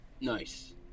Nice